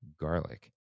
garlic